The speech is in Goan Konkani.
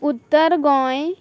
उत्तर गोंय